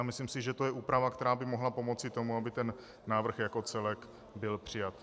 Myslím si, že je to úprava, která by mohla pomoci tomu, aby návrh jako celek byl přijat.